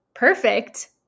perfect